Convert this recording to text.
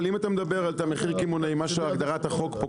אבל אם אתה מדבר על מחיר קמעונאי מה שהגדרת החוק פה,